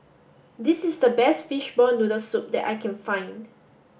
this is the best Fishball Noodle Soup that I can find